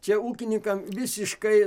čia ūkininkam visiškai